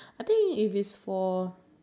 I think if you gonna use foundation